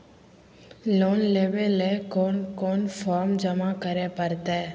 Loan लेवे ले कोन कोन फॉर्म जमा करे परते?